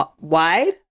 wide